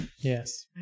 Yes